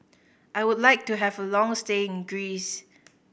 I would like to have a long stay in Greece